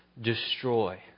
destroy